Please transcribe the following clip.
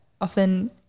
often